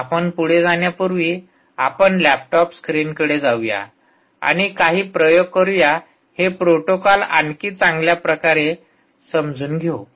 आपण पुढे जाण्यापूर्वी आपण लॅपटॉप स्क्रीनकडे जाऊया आणि काही प्रयोग करूया हे प्रोटोकॉल आणखी चांगल्या प्रकारे समजून घेऊ